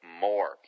more